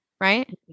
right